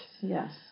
yes